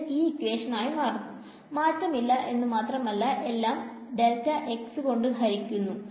ഇത്ആകുന്നു മാറ്റമില്ല എന്നു മാത്രമല്ല എല്ലാം കൊണ്ട് ഹരിക്കുന്നു